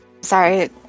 Sorry